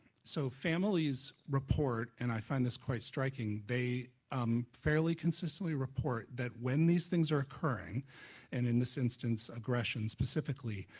so families report and i find this quite striking, they um fairly consistently report that when these are occurring and in this instance aggression specifically,